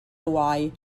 hawaii